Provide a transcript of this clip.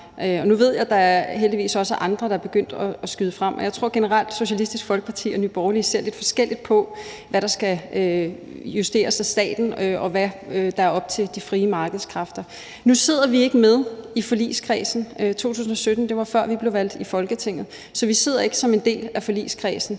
Nu ved jeg, at der heldigvis også er andre, der er begyndt at skyde frem, og jeg tror generelt, at Socialistisk Folkeparti og Nye Borgerlige ser lidt forskelligt på, hvad der skal justeres af staten, og hvad der er op til de frie markedskræfter. Nu sidder vi ikke med i forligskredsen, for 2017 var før, vi blev valgt i Folketinget. Så vi sidder ikke som en del af forligskredsen,